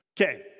Okay